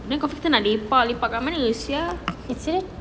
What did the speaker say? then confirm kita nak lepak lepak kat mana sia